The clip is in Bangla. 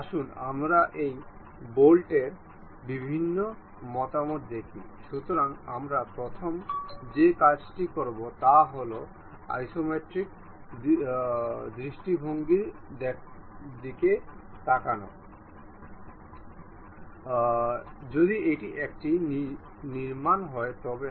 আসুন আমরা কেবল পরবর্তী উন্নত মেটকে উপলব্ধ দেখি এটি একটি লিনিয়ার কাপলার